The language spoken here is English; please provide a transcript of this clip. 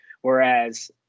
whereas